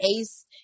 Ace